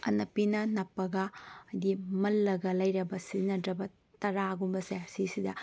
ꯑꯅꯞꯄꯤꯅ ꯅꯥꯞꯄꯒ ꯍꯥꯏꯕꯗꯤ ꯃꯜꯂꯒ ꯂꯩꯔꯕ ꯁꯤꯖꯤꯅꯗ꯭ꯔꯕ ꯇꯥꯔꯥꯒꯨꯝꯕꯁꯦ ꯁꯤꯁꯤꯗ